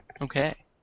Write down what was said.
Okay